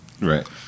Right